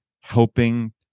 helping